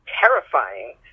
terrifying